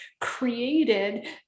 created